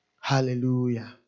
Hallelujah